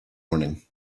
morning